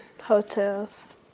Hotels